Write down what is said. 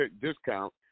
discount